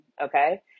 okay